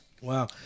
Wow